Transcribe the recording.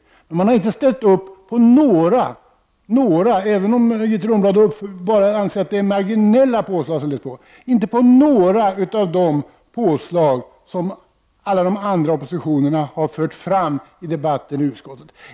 Socialdemokraterna har inte ställt upp på några av de påslag — även om Grethe Lundblad anser att de är marginella — som alla oppositionspartier har föreslagit i debatten i utskottet.